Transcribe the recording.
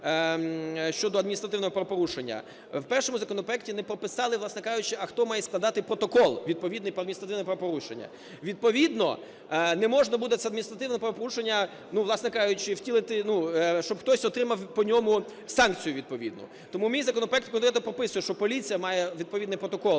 щодо адміністративного правопорушення, в першому законопроекті не прописали, власне кажучи, а хто має складати протокол відповідний про адміністративне правопорушення. Відповідно, не можна буде це адміністративне правопорушення, ну власне кажучи, ну втілити… ну, щоб хтось отримав по ньому санкцію відповідну. Тому мій законопроект і прописує, що поліція має відповідний протокол